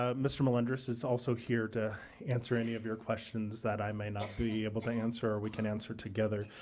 ah mr. melenders is also here to answer any of your questions that i may not be able to answer or we can answer together.